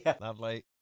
Lovely